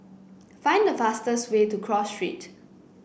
find the fastest way to Cross Street